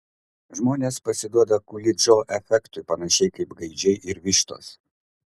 žmonės pasiduoda kulidžo efektui panašiai kaip gaidžiai ir vištos